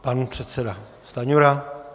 Pan předseda Stanjura.